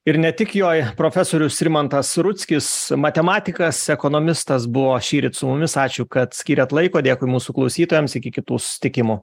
ir ne tik joj profesorius rimantas rudzkis matematikas ekonomistas buvo šįryt su mumis ačiū kad skyrėt laiko dėkui mūsų klausytojams iki kitų susitikimų